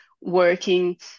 working